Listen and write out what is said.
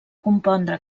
compondre